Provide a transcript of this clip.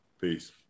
Peace